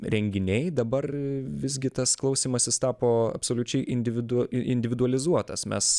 renginiai dabar visgi tas klausymasis is tapo absoliučiai individu individualizuotas mes